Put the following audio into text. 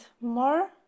more